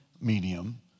medium